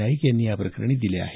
नाईक यांनी या प्रकरणी दिले आहेत